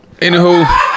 Anywho